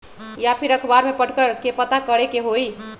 या फिर अखबार में पढ़कर के पता करे के होई?